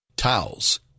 Towels